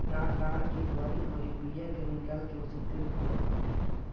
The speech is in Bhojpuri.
ताड़ की गरी अउरी बिया के निकाल के ओसे तेल बनत बाटे